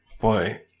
Boy